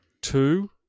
two